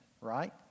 right